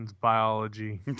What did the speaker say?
biology